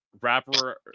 rapper